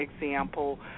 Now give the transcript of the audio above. example